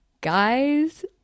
Guys